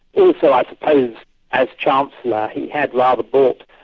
also i suppose as chancellor, he had rather bought,